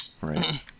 Right